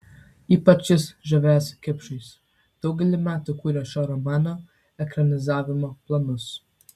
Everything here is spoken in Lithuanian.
ypač jis žavėjosi kipšais daugelį metų kūrė šio romano ekranizavimo planus